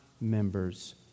members